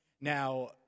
Now